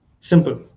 Simple